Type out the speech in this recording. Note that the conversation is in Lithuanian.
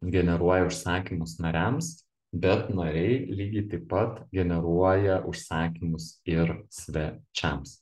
generuoja užsakymus nariams bet nariai lygiai taip pat generuoja užsakymus ir svečiams